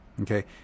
Okay